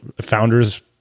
founders